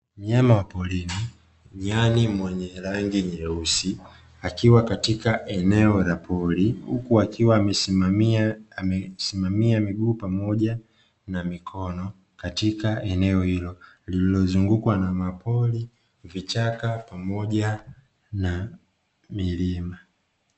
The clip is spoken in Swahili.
Manyama wa porini, nyani mwenye rangi nyeusi akiwa katika eneo la pori huku akiwa amesimamia miguu pamoja na mikono; katika eneo hilo lililozungukwa na mapori, vichaka pamoja na vilima.